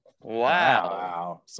Wow